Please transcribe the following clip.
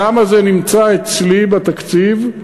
למה זה נמצא אצלי בתקציב?